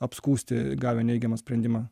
apskųsti gavę neigiamą sprendimą